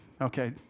Okay